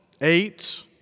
eight